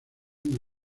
uno